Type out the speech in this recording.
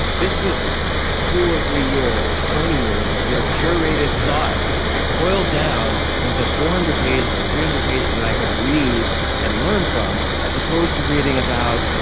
this was two or three years or twenty years of your curated thoughts boiled down into four and hundred pages or three hundred pages that i could read and learn from, as opposed to reading about,